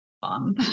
fun